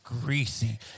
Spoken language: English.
greasy